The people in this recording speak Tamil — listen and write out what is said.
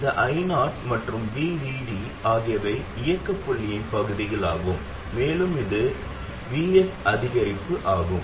இந்த I0 மற்றும் VDD ஆகியவை இயக்க புள்ளியின் பகுதிகளாகும் மேலும் இது Vs அதிகரிப்பு ஆகும்